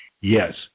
yes